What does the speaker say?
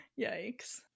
Yikes